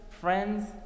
friends